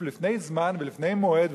לפני זמן ולפני מועד,